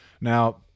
Now